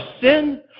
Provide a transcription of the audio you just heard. sin